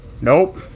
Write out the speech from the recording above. Nope